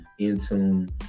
Intune